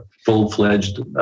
full-fledged